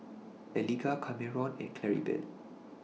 Eliga Kameron and Claribel